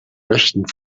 rechten